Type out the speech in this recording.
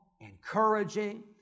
encouraging